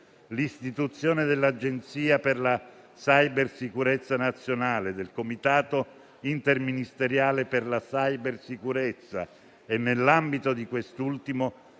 L'istituzione dell'Agenzia nazionale per la cybersicurezza, del Comitato interministeriale per la cybersicurezza e, nell'ambito di quest'ultimo,